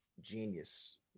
genius